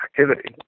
activity